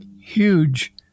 huge